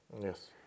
Yes